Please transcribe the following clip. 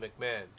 McMahon